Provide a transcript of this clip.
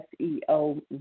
SEO